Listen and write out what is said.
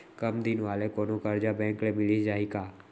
कम दिन वाले कोनो करजा बैंक ले मिलिस जाही का?